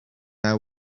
their